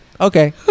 okay